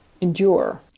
endure